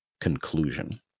conclusion